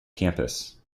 campus